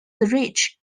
rich